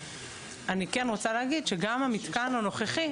אני כן רוצה להגיד שגם המתקן הנוכחי,